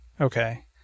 Okay